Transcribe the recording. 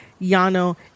yano